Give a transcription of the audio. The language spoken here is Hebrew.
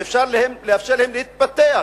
ואפשר לאפשר להן להתפתח